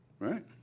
Right